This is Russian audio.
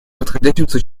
подходящим